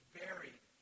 buried